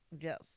Yes